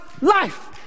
life